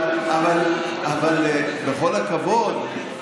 אבל בכל הכבוד,